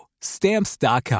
Stamps.com